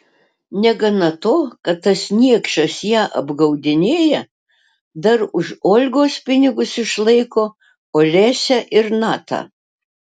negana to kad tas niekšas ją apgaudinėja dar už olgos pinigus išlaiko olesią ir natą